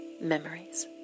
memories